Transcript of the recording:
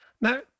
Now